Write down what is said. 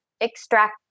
extract